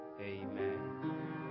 Amen